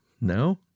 No